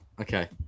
Okay